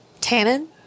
Tannin